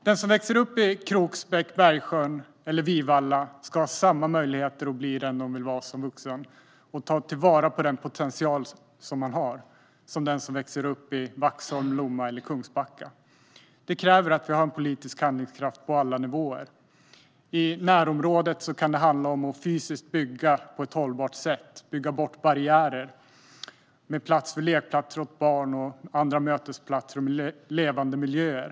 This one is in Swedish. Den som växer upp i Kroksbäck, Bergsjön eller Vivalla ska ha samma möjlighet att bli den som man vill vara som vuxen, och att ta till vara den potential som man har, som den som växer upp i Vaxholm, Lomma eller Kungsbacka. Detta kräver politisk handlingskraft på alla nivåer. I närområdet kan det handla om att fysiskt bygga på ett hållbart sätt - om att bygga bort barriärer och ge plats för lekplatser åt barn, för mötesplatser och för levande miljöer.